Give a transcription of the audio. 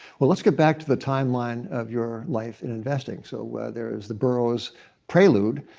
well, let's get back to the timeline of your life in investing. so there is the burroughs prelude.